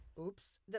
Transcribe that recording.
Oops